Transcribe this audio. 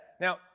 Now